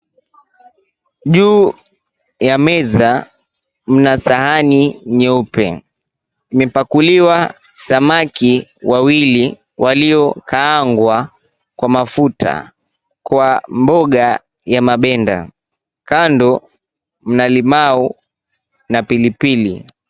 Juu ya meza mna sahani nyeupe. Imepakuliwa samaki wawili waliokaaangwa kwa mafuta kwa mboga ya mabenda. Kando mna limau na pilipili.